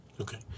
Okay